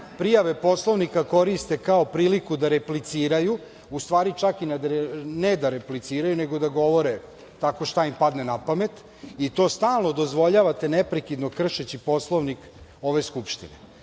prijave Poslovnik, a koriste kao priliku da repliciraju. U stvari, čak ne da repliciraju, nego da govore tako šta im padne na pamet. To stalno dozvoljavate neprekidno kršeći Poslovnik ove Skupštine. Ovo